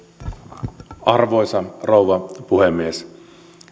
arvoisa rouva puhemies